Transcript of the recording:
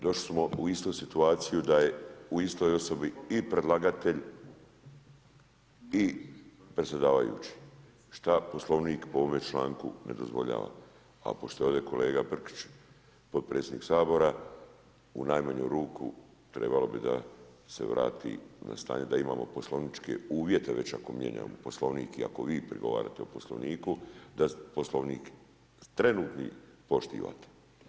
Došli smo u istu situaciju da je u istoj osobi i predlagatelj i predsjedavajući što Poslovnik po ovome članku ne dozvoljava, a pošto je ovdje kolega Brkić potpredsjednik Sabora u najmanju ruku, trebalo bi da se vrati na stanje da imamo poslovničke uvjete već ako mijenjamo Poslovnik i ako vi prigovarate o Poslovniku da Poslovnik, trenutni poštivate.